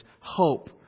hope